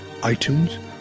iTunes